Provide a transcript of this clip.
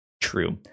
True